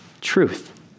truth